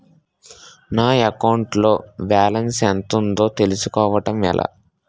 నా అకౌంట్ లో బాలన్స్ ఎంత ఉందో తెలుసుకోవటం ఎలా?